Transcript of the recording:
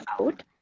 out